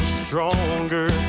stronger